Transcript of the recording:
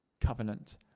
covenant